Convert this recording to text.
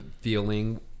feeling